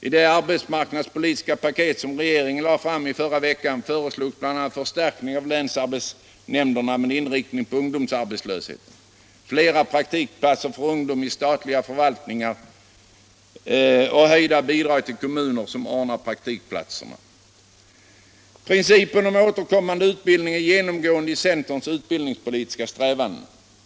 I det arbetsmarknadpolitiska paket som regeringen lade fram förra veckan fö Principen om återkommande utbildning är genomgående i centerns utbildningspolitiska strävanden.